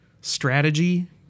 strategy